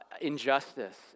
injustice